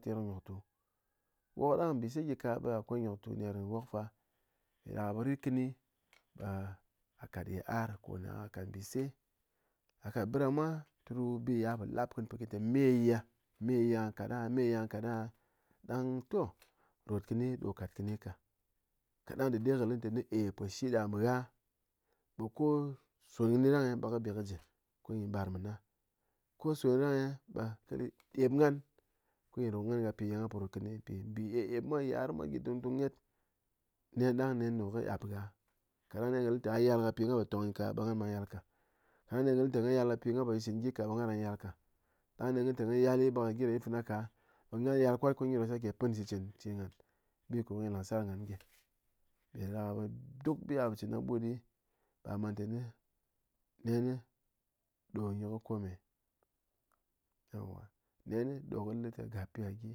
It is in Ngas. Ter nyoktu, wok ɗang mbise gyi ka ɓe akwai nyoktu ner kɨ wok fa, mpiɗáɗaká ɓe ritkɨni ɓe a kat yitar ko na a kat mbise a kat ɓɨɗamwa through biya gha po lap kɨni te meye, meye a ka aha, meye a kat aha ɗang toh rotkɨni ɗoh kat kɨni ka, kaɗang déde kɨ le té eh poshi da mégha ɓe ko son kɨ ni rang eh ɓe kɨ ji ko nyi bar ména ko son rangeh ɓe kɨ ep ghan ko nyi ro ghan pi ghan po rot nyi mpi mbi epep mwa yit'ar mwa gyi dungdung nyet nen ɗang nen ɗo kɨ ɗap gha kaɗang nen ɗo lɨ té gha yal ka pi ghan po tong nyi ka ɓe ghan ɓe gha yal ka, kaɗang nen ɗo lɨté a yal pi ghan po chen shitchɨn gyi ka ɓe gha ran yal ka, ɗang nen lɨté gha yal ɓe gyi ran yit fena ka ɓe gha yal kwat ko nyi ɗo sake pɨn shitchɨn che ghán bi ko ye lang sar ghan gyɨ mpiɗáɗaká be, duk bi a po chin ni ɓut ɗi ɓe gha man tɨne nen ɗo nyi kɨ kome yowa nen ɗo lɨté ga pi gha gyi